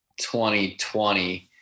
2020